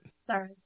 Sorry